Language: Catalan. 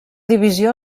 divisió